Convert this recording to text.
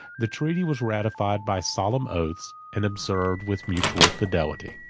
the treaty was ratified by solemn oaths, and observed with mutual fidelity.